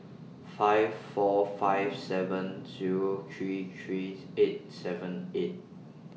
five four five seven Zero three three eight seven eight